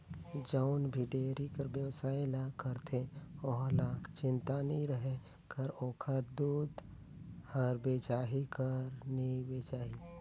जउन भी डेयरी कर बेवसाय ल करथे ओहला चिंता नी रहें कर ओखर दूद हर बेचाही कर नी बेचाही